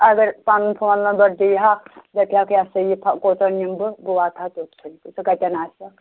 اگر پَنُن phone number دِیہِ ہاکھ دپہاکھ یا سا یہِ کوٚتَن یِمہٕ بہٕ بہٕ واتہٕ ہا توٚتھٕے ژٕ کَتٮ۪ن آسکھ